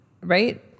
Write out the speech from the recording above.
right